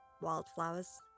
wildflowers